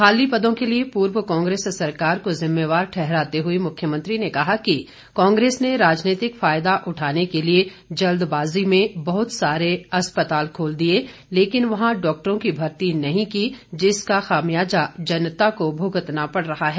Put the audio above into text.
खाली पदों के लिए पूर्व कांग्रेस सरकार को ज़िम्मेवार ठहराते हुए मुख्यमंत्री ने कहा कि कांग्रेस ने राजनीतिक फायदा उठाने के लिए जल्दबाज़ी में बहुत सारे अस्पताल खोल दिए लेकिन वहां डॉक्टरों की भर्ती नहीं की जिसका खामियाज़ा जनता को भुगतना पड़ रहा है